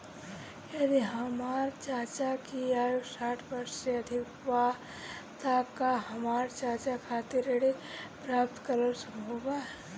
यदि हमर चाचा की आयु साठ वर्ष से अधिक बा त का हमर चाचा खातिर ऋण प्राप्त करल संभव बा